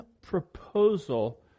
proposal